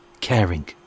caring